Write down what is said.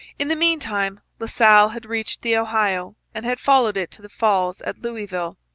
in the meantime la salle had reached the ohio and had followed it to the falls at louisville.